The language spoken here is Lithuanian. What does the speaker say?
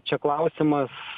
čia klausimas